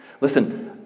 Listen